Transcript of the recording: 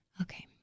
Okay